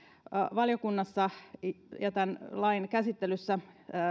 valiokunnassa tämän lain käsittelyssä